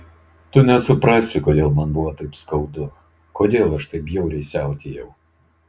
tu nesuprasi kodėl man buvo taip skaudu kodėl aš taip bjauriai siautėjau